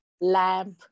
lamp